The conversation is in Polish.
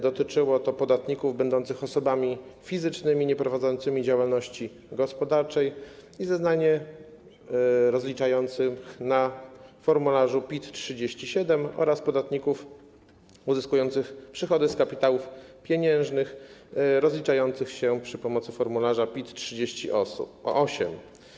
Dotyczyło to podatników będących osobami fizycznymi nieprowadzącymi działalności gospodarczej i rozliczających zeznanie na formularzu PIT-37 oraz podatników uzyskujących przychody z kapitałów pieniężnych rozliczających się za pomocą formularza PIT-38.